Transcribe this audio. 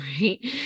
right